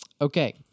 Okay